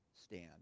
stand